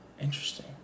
interesting